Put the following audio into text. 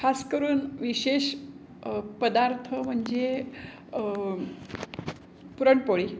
खास करून विशेष पदार्थ म्हणजे पुरणपोळी